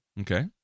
Okay